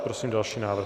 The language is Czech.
Prosím další návrh.